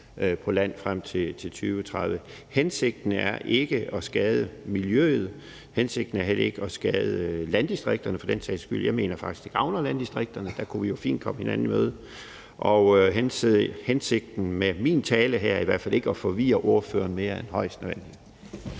på land frem til 2030. Hensigten er ikke at skade miljøet. Hensigten er for den sags skyld heller ikke at skade landdistrikterne. Jeg mener faktisk, det gavner landdistrikterne. Der kunne vi jo fint komme hinanden i møde. Og hensigten med min tale her er i hvert fald ikke at forvirre ordføreren mere end højst nødvendigt.